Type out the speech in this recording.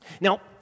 Now